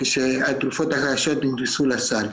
כאשר התרופות נכנסו לסל.